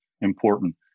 important